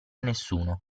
nessuno